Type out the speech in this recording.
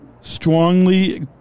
strongly